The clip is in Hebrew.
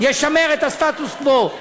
ישמר את הסטטוס-קוו.